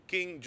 King